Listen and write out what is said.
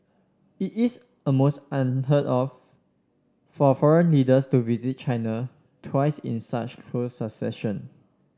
it is almost unheard of for foreign leaders to visit China twice in such close succession